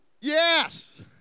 Yes